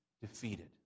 defeated